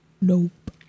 nope